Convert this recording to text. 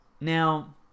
Now